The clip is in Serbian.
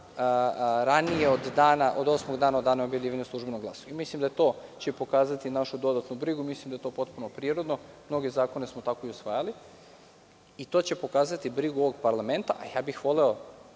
ranije od osmog dana od dana objavljivanja u „Službenom glasniku“. Mislim da će to pokazati našu dodatnu brigu. Mislim da je to potpuno prirodno. Mnoge zakone smo tako i usvajali i to će pokazati brigu ovog parlamenta. Voleo bih da